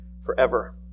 forever